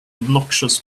obnoxious